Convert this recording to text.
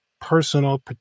personal